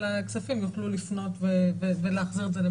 הכספים הם יוכלו לפנות ולהחזיר את זה.